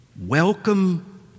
Welcome